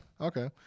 Okay